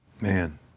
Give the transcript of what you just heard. Man